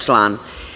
Član.